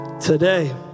today